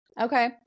Okay